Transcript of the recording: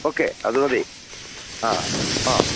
okay അത് മതി ആ ആ